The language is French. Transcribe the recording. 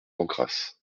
pancrace